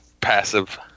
Passive